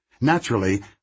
Naturally